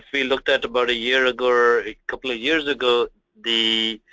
we looked at about a year ago or a couple of years ago the